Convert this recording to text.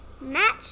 Match